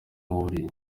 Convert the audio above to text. mubiri